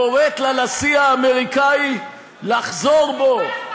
קוראת לנשיא האמריקני לחזור בו,